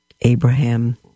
Abraham